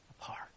apart